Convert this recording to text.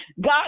God